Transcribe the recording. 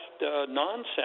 nonsense